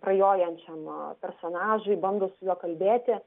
prajojančiam personažui bando su juo kalbėti